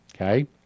okay